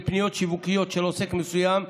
לפניות שיווקיות של עוסק מסוים,